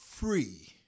Free